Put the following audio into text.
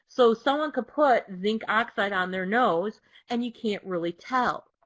so someone could put zinc oxide on their nose and you can't really tell.